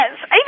Yes